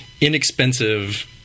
inexpensive